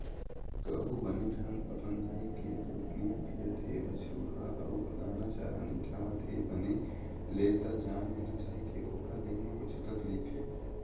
कभू बने ढंग अपन दाई के दूद नइ पियत हे बछरु ह अउ दाना चारा नइ खावत हे बने ले त जान लेना चाही के ओखर देहे म कुछु तकलीफ हे